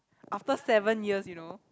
after seven years you know